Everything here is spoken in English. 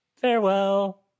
Farewell